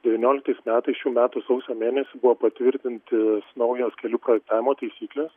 devynioliktais metais šių metų sausio mėnesį buvo patvirtinti naujos kelių projektavimo taisyklės